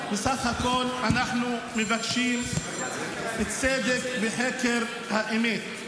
בסך הכול אנחנו מבקשים צדק וחקר האמת.